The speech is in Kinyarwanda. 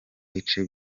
bice